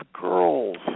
girls